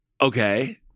Okay